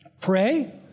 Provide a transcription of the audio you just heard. Pray